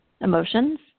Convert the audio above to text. emotions